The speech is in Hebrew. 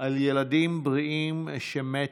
על ילדים בריאים שמתו,